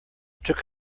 took